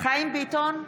חיים ביטון,